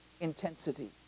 intensity